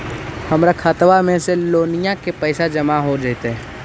हमर खातबा में से लोनिया के पैसा जामा हो जैतय?